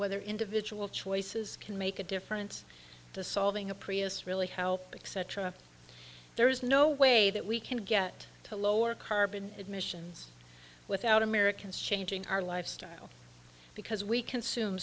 whether individual choices can make a difference to solving a prius really how except there is no way that we can get to lower carbon emissions without americans changing our lifestyle because we consume